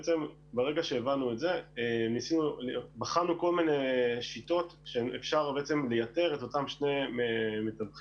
ברגע שהבנו את זה בחנו כל מיני שיטות שאפשר לייתר את אותם שני מתווכים.